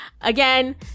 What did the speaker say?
Again